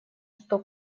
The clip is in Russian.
что